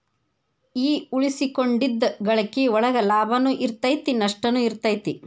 ಈ ಉಳಿಸಿಕೊಂಡಿದ್ದ್ ಗಳಿಕಿ ಒಳಗ ಲಾಭನೂ ಇರತೈತಿ ನಸ್ಟನು ಇರತೈತಿ